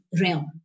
realm